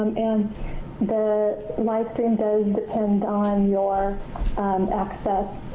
and the livestream does depend on your um access,